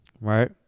Right